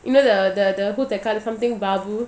you know the the the who that தக்காளி:thakali something பார்லி:parli